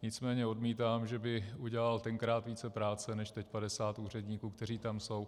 Nicméně odmítám, že by udělal tenkrát více práce než těch 50 úředníků, kteří tam jsou.